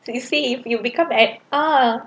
you see if you become an~ uh